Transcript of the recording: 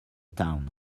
town